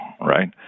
right